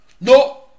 no